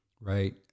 right